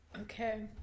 Okay